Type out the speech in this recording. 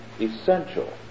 essential